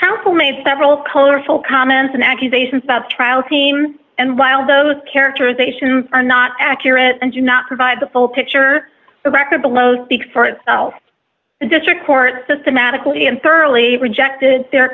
housefull made several colorful comments and accusations about trial team and while those characterizations are not accurate and do not provide the full picture the record below speaks for itself and just report systematically and thoroughly rejected their